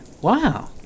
Wow